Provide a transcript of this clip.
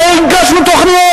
הרי הגשנו תוכניות.